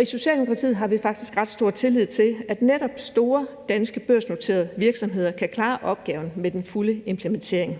I Socialdemokratiet har vi faktisk ret stor tillid til, at netop store danske børsnoterede selskaber kan klare opgaven med den fulde implementering.